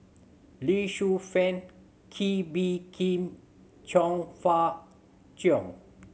Lee Shu Fen Kee Bee Khim Chong Fah Cheong